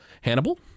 Hannibal